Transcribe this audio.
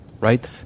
Right